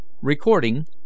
Recording